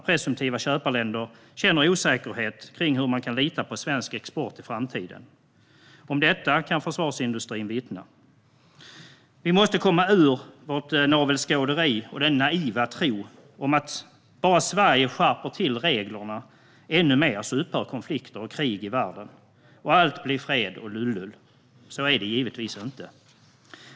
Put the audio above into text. Presumtiva köparländer känner osäkerhet när det gäller om man kan lita på svensk export i framtiden. Om detta kan försvarsindustrin vittna. Vi måste komma ur vårt navelskåderi och den naiva tron att om Sverige bara skärper reglerna ännu mer kommer konflikter och krig i världen att upphöra och allt bli fred och lullull. Så är det givetvis inte.